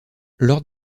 lors